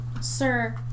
Sir